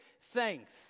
thanks